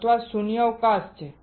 અથવા શૂન્યાવકાશ છે